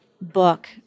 book